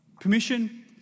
Permission